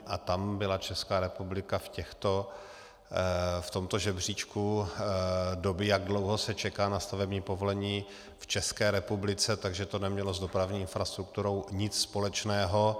A tam byla Česká republika v tomto žebříčku doby, jak dlouho se čeká na stavební povolení v České republice, takže to nemělo s dopravní infrastrukturou nic společného.